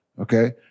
okay